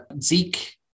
Zeke